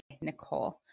Nicole